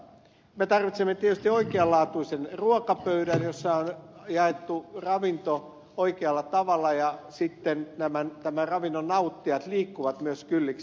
me tarvitsemme tietysti oikean laatuisen ruokapöydän jossa on jaettu ravinto oikealla tavalla ja sitten sen että tämän ravinnon nauttijat liikkuvat myös kylliksi